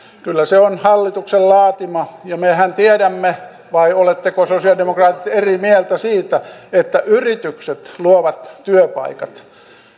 kyllä se on hallituksen laatima ja mehän tiedämme vai oletteko te sosialidemokraatit eri mieltä siitä että yritykset luovat työpaikat